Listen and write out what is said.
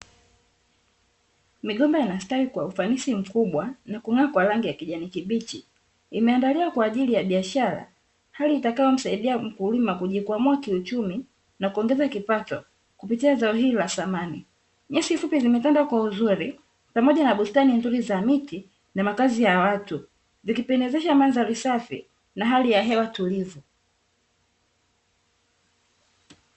Migomba inastawi kwa ufanisi mkubwa na kung'aa kwa rangi ya kijani kibichi, imeandaliwa kwa ajili ya biashara, hali itakayo msaidia mkulima kujikwamua kiuchumi na kuongeza kipato kupitia zao hili la thamani, nyasi fupi zimepandwa kwa uzuri pamoja na bustani nzuri za miti na makazi ya watu, zikipendezesha mandhari safi na hali ya hewa tulivu.